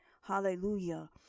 Hallelujah